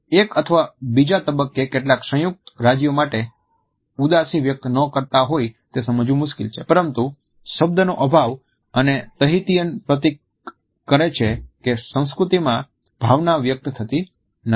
એક અથવા બીજા તબક્કે કેટલાક સંયુક્ત રાજ્યો માટે ઉદાસી વ્યક્ત ન કરતા હોય તે સમજવું મુશ્કેલ છે પરંતુ શબ્દ નો અભાવ અને તહિતીઅન પ્રતીક કરે છે કે સંસ્કૃતિમાં ભાવના વ્યક્ત થતી નથી